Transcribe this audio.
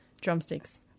drumsticks